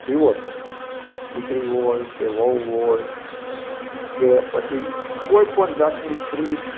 દીવો છે દીકરી હોય કે વહુ હોય કે પછી કોઈપણ જાતની સ્ત્રી